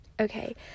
Okay